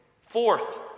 Fourth